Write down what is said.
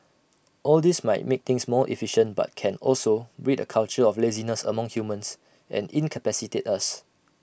all this might make things more efficient but can also breed A culture of laziness among humans and incapacitate us